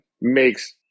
makes